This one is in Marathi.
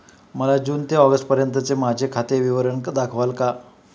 मला जून ते ऑगस्टपर्यंतचे माझे खाते विवरण दाखवाल का?